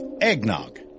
Eggnog